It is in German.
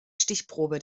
stichprobe